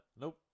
Nope